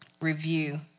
review